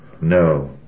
No